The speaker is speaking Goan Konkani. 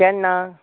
केन्ना